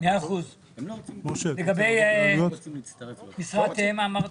לגבי משרת אם.